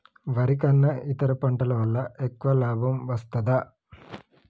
వరి కన్నా ఇతర పంటల వల్ల ఎక్కువ లాభం వస్తదా?